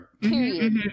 period